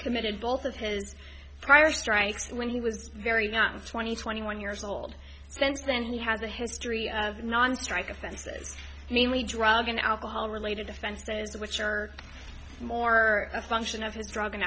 committed both of his prior strikes when he was very not twenty twenty one years old since then he has a history of non strike offenses mainly drug and alcohol related offenses which are more a function of his drug and